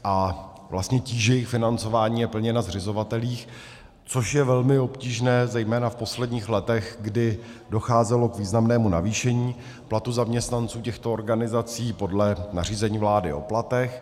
A vlastně tíže jejich financování je plně na zřizovatelích, což je velmi obtížné zejména v posledních letech, kdy docházelo k významnému navýšení platů zaměstnanců těchto organizací podle nařízení vlády o platech.